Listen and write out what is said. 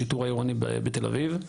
השיטור העירוני בתל אביב.